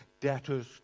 debtors